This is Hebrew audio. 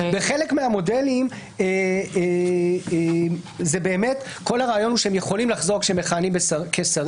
בחלק מהמודלים כל הרעיון הוא שהם יכולים לחזור כשהם מכהנים כשרים.